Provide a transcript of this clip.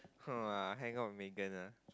!wah! hang out with Megan ah